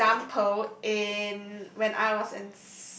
for example in when I was in